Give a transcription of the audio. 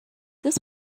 this